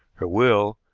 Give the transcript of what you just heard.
her will,